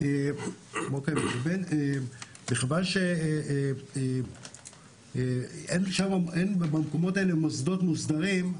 מכיוון שאין במקומות האלה מוסדות מוסדרים,